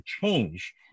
change